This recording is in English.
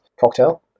cocktail